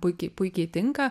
puikiai puikiai tinka